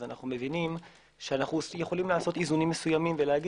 אנו מבינים שאנו יכולים לעשות איזונים מסוימים ולומר,